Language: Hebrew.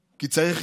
כי צריך